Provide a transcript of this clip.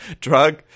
drug